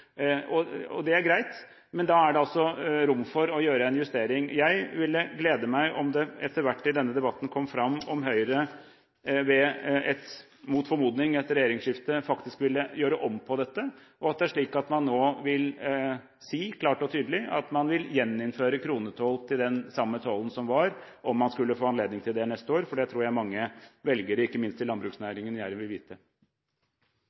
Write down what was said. EUs favør. Det er greit, men da er det altså rom for å gjøre en justering. Det ville glede meg om det etter hvert kom fram i denne debatten om Høyre ved – mot formodning – et regjeringsskifte faktisk ville gjøre om på dette, og om det er slik at man nå kunne si klart og tydelig at man vil gjeninnføre kronetoll til den samme tollen som var, om man skulle få anledning til det neste år. Det tror jeg mange velgere, ikke minst